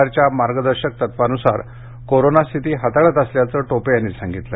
आरच्या मार्गदर्शक तत्वानुसार कोरोनास्थिती हाताळत असल्याचं टोपे यांनी सांगितलं